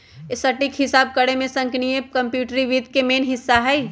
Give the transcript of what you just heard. सटीक हिसाब करेमे संगणकीय कंप्यूटरी वित्त के मेन हिस्सा हइ